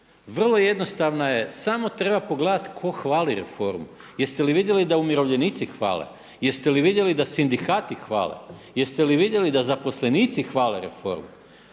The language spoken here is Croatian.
Vrlo jednostavna je samo treba pogledati tko hvali reformu. Jeste li vidjeli da umirovljenici hvale, jeste li vidjeli da sindikati hvale, jeste li vidjeli da zaposlenici hvale reformu?